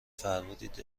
فرمودید